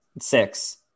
six